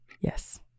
Yes